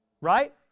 Right